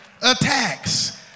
attacks